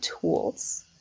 tools